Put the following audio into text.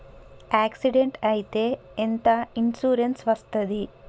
Accident అయితే ఎంత insurance వస్తది?